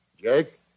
Jake